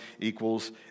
equals